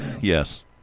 Yes